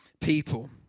people